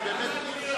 אבל, באמת.